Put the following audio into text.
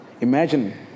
Imagine